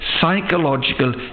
psychological